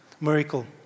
miracle